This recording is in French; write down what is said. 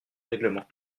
règlement